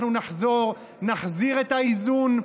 אנחנו נחזור ונחזיר את האיזון.